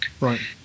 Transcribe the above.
Right